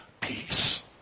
peace